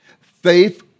Faith